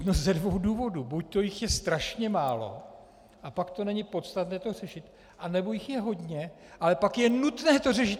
No ze dvou důvodů: buďto jich je strašně málo, a pak to není podstatné to řešit, anebo jich je hodně, ale pak je nutné to řešit.